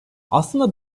aslında